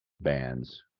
bands